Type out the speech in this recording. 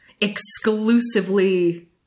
exclusively